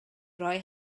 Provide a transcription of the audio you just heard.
roi